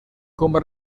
como